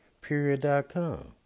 Period.com